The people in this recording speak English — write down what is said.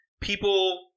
People